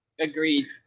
Agreed